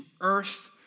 earth